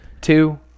two